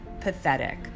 pathetic